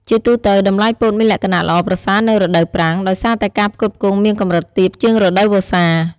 ជាទូទៅ តម្លៃពោតមានលក្ខណៈល្អប្រសើរនៅរដូវប្រាំង ដោយសារតែការផ្គត់ផ្គង់មានកម្រិតទាបជាងរដូវវស្សា។